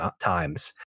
times